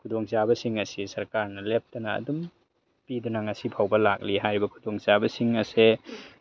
ꯈꯨꯨꯗꯣꯡꯆꯥꯕꯁꯤꯡ ꯑꯁꯤ ꯁꯔꯀꯥꯔꯅ ꯂꯦꯞꯇꯅ ꯑꯗꯨꯝ ꯄꯤꯗꯨꯅ ꯉꯁꯤꯐꯥꯎꯕ ꯂꯥꯛꯂꯤ ꯍꯥꯏꯔꯤꯕ ꯈꯨꯗꯣꯡꯆꯥꯕꯁꯤꯡ ꯑꯁꯦ